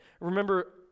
Remember